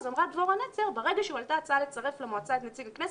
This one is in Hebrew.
אמרה דבורה נצר: "ברגע שהועלתה הצעה לצרף למועצה את נציג הכנסת,